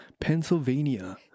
Pennsylvania